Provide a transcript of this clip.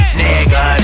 nigga